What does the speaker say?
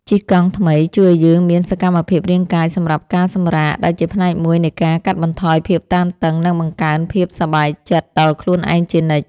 ជិះកង់ថ្មីជួយឱ្យយើងមានសកម្មភាពរាងកាយសម្រាប់ការសម្រាកដែលជាផ្នែកមួយនៃការកាត់បន្ថយភាពតានតឹងនិងបង្កើនភាពសប្បាយចិត្តដល់ខ្លួនឯងជានិច្ច។